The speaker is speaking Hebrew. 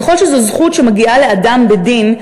ככל שזו זכות שמגיעה לאדם בדין,